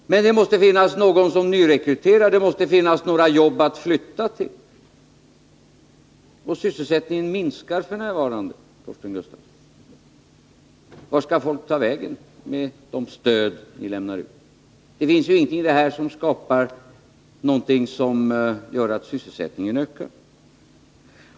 Men det måste finnas någon som nyrekryterar, och det måste finnas några jobb att flytta till. Sysselsättningen minskar f. n., Torsten Gustafsson. Vart skall folk ta vägen med de stöd ni lämnar ut? Det finns ju ingenting i detta som gör att sysselsättningen ökar.